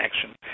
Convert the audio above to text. action